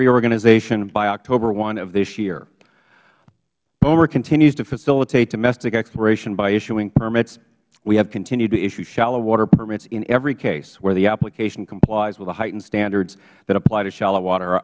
reorganization by octoberh of this year boemre continues to facilitate domestic exploration by issuing permits we have continued to issue shallow water permits in every case where the application complies with the heightened standards that apply to shallow water